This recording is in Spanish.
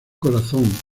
corazón